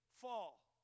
fall